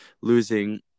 losing